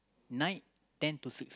night ten to six